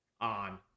on